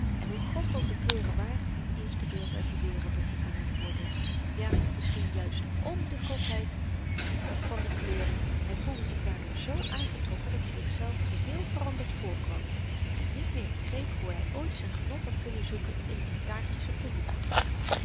en hoe grof ook de kleuren waren van t eerste beeld uit die wereld dat zich aan hem voordeed ja misschien juist m de grofheid van die kleuren hy voelde zich daardoor z aangetrokken dat-i zichzelf geheel veranderd voorkwam en niet meer begreep hoe hy ooit z'n genot had kunnen zoeken in die taartjes op den hoek